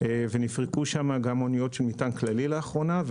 ונפרקו שם גם אניות של מטען כללי לאחרונה,